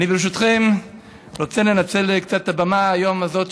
אני ברשותכם רוצה לנצל קצת היום את הבמה הזאת,